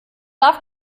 darf